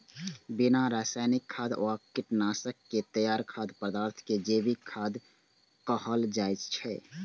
बिना रासायनिक खाद आ कीटनाशक के तैयार खाद्य पदार्थ कें जैविक खाद्य कहल जाइ छै